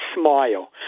smile